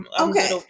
Okay